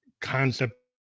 concept